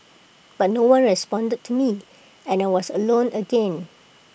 but no one responded to me and I was alone again